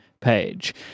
page